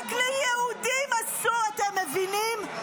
רק ליהודים אסור, אתם מבינים?